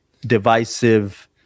divisive